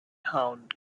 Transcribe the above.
hound